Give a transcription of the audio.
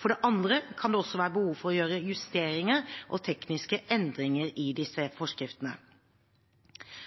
For det andre kan det også være behov for å gjøre justeringer og tekniske endringer i disse forskriftene.